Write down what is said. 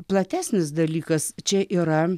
platesnis dalykas čia yra